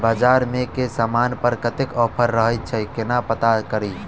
बजार मे केँ समान पर कत्ते ऑफर रहय छै केना पत्ता कड़ी?